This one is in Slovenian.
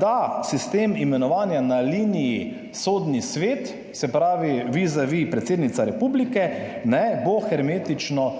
Da bo sistem imenovanja na liniji Sodni svet vizavi predsednice republike hermetično